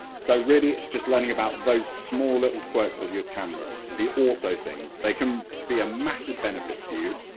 so really it's just learning about those small little quirks of your camera. the auto things. they can be a massive benefit to you,